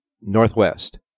northwest